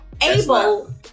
able